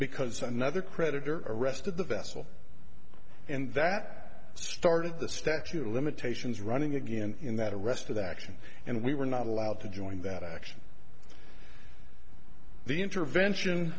because another creditor arrested the vessel and that started the statute of limitations running again in that arrest for that action and we were not allowed to join that action the intervention